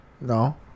No